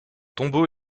tombeau